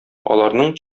аларның